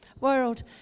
world